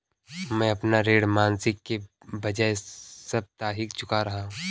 मैं अपना ऋण मासिक के बजाय साप्ताहिक चुका रहा हूँ